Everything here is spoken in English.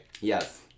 Yes